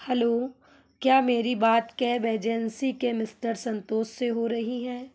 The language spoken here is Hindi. हलो क्या मेरी बात कैब एजेंसी के मिस्टर संतोष से हो रही है